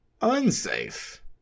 unsafe